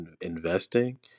investing